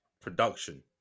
production